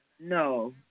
no